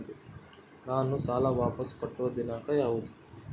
ನಾನು ಸಾಲ ವಾಪಸ್ ಕಟ್ಟುವ ದಿನಾಂಕ ಯಾವುದು?